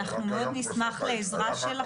נשמח מאוד לעזרה שלכם.